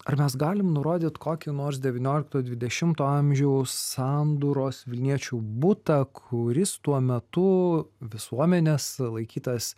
ar mes galim nurodyt kokį nors devyniolikto dvidešimto amžiaus sandūros vilniečių butą kuris tuo metu visuomenės laikytas